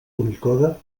unicode